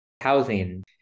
housing